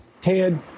Ted